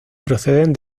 proceden